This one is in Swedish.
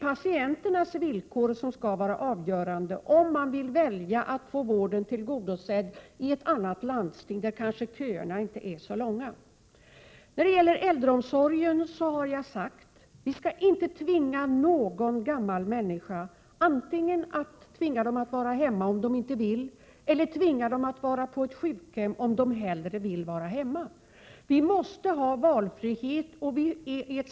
Patienterna skall själva kunna avgöra om de vill ha sitt vårdbehov tillgodosett i ett annat landsting, där köerna kanske inte är så långa. När det gäller äldreomsorgen har jag förklarat att vi inte skall tvinga några gamla människor vare sig att vara hemma om de inte vill detta eller att vistas på ett sjukhem om de hellre vill vara hemma. Vi måste ha valfrihet.